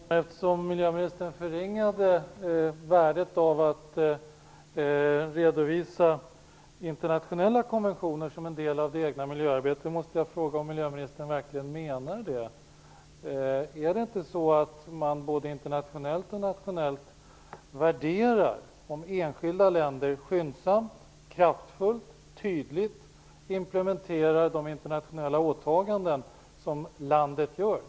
Herr talman! Det lät som om miljöministern förringade värdet av att redovisa internationella konventioner som en del av det egna miljöarbetet. Jag måste fråga om miljöministern verkligen menar det. Värderar man inte både internationellt och nationellt att enskilda länder skyndsamt, kraftfullt och tydligt implementerar de internationella åtaganden som landet gör?